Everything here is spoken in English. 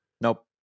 Nope